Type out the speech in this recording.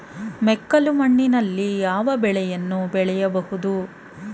ಮೆಕ್ಕಲು ಮಣ್ಣಿನಲ್ಲಿ ಯಾವ ಬೆಳೆಯನ್ನು ಬೆಳೆಯಬಹುದು?